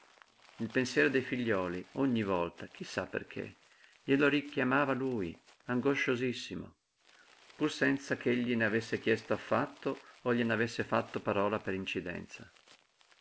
il pensiero dei figliuoli ogni volta chi sa perché glielo richiamava lui angosciosissimo pur senza ch'egli ne avesse chiesto affatto o glien'avesse fatto parola per incidenza